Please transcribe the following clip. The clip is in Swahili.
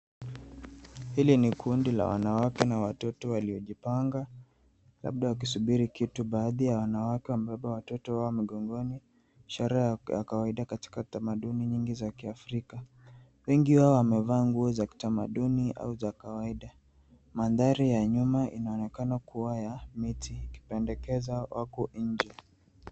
Hili ni kundi la wanawake na watoto waliojipanga labda wakisubiri kitu. Baadhi ya wanawake wamebeba watoto wao migongoni. Ishara ya kawaida katika tamaduni nyingi za Kiafrika. Wengi wao wamevaa nguo za kitamaduni au za kawaida. Mandhari ya nyuma inaonekana kuwa ya miti, ikipendekeza wako nje.